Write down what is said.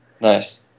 Nice